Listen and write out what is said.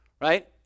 Right